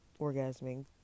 orgasming